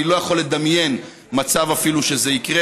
אני לא יכול לדמיין מצב שזה אפילו יקרה,